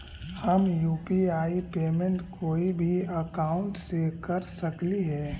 हम UPI payment कोई भी अकाउंट से कर सकली हे?